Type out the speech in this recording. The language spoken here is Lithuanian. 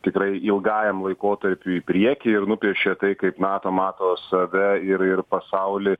tikrai ilgajam laikotarpiui į priekį ir nupiešia tai kaip nato mato save ir ir pasaulį